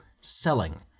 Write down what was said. selling